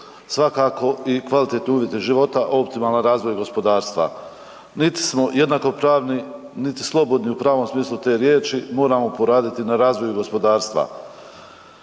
svakako i kvalitet uvjeta života, optimalan razvoj gospodarstva. Nit smo jednakopravni niti slobodni u pravom smislu te riječi, moramo poraditi na razvoju gospodarstva.